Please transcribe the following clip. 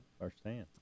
Firsthand